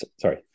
Sorry